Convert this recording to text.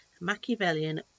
Machiavellian